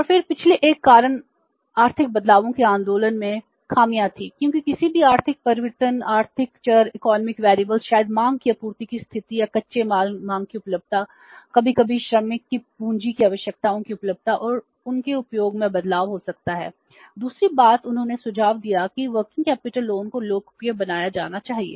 और फिर पिछले एक कारण आर्थिक बदलावों के आंदोलन में खामियां थी क्योंकि किसी भी आर्थिक परिवर्तन आर्थिक चर को लोकप्रिय बनाया जाना चाहिए